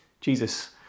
Jesus